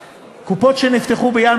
ב.